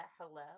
hello